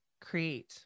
create